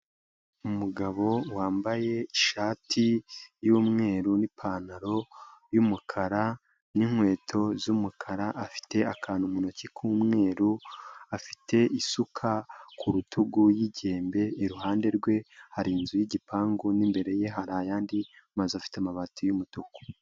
Umugabo wambaye ishati yu'mweru n'ipantaro y'umukara n'inkweto z'umukara afite akantu mu ntoki k'umweru afite isuka ku rutugu y'igembe, iruhande rwe hari inzu y'igipangu n'imbere ye hari ayandi mazu afite amabati y'umutuku.